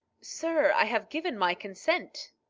sir, i have given my consent.